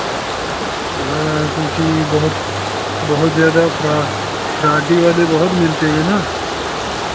हाँ क्योंकि बहुत बहुत ज़्यादा फ्रा फ्रॉडी वाले बहुत मिलते हैं ना